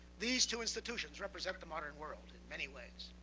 these two institutions represent the modern world in many ways.